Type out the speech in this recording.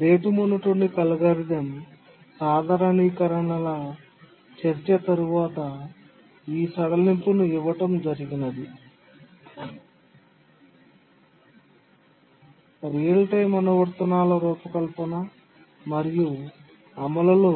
rate monotonic algorithm సాధారణీకరణల చర్చ తర్వాత ఈ సడలింపును ఇవ్వడం జరిగినది రియల్ టైమ్ అనువర్తనాల రూపకల్పన మరియు అమలులో